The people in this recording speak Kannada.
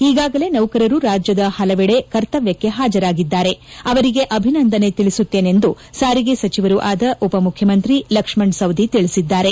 ಈಗಾಗಲೇ ನೌಕರರು ರಾಜ್ಯದ ಹಲವೆಡೆ ಕರ್ತವ್ಯಕ್ಕೆ ಹಾಜರಾಗಿದ್ದಾರೆ ಅವರಿಗೆ ಅಭಿನಂದನೆ ಸಲ್ಲಿಸುತ್ತೇನೆಂದು ಸಾರಿಗೆ ಸಚಿವರೂ ಆದ ಉಪಮುಖ್ಯಮಂತ್ರಿ ಲಕ್ಷ್ಮಣ ಸವದಿ ತಿಳಿಸಿದ್ದಾರೆ